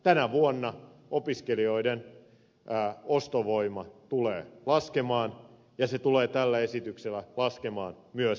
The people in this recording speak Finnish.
tänä vuonna opiskelijoiden ostovoima tulee laskemaan ja se tulee tällä esityksellä laskemaan myös ensi vuonna